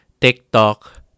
TikTok